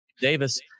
Davis